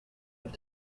have